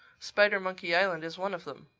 spidermonkey island is one of them.